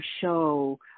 show